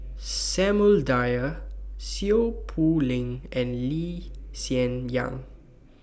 Samuel Dyer Seow Poh Leng and Lee Hsien Yang